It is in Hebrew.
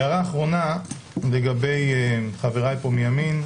לגבי חבריי פה מימין,